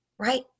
Right